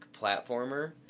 platformer